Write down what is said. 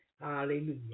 Hallelujah